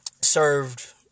served